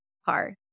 hard